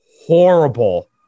horrible